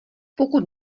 pokud